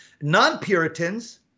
Non-Puritans